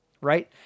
right